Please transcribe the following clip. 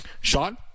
Sean